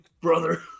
brother